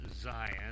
Zion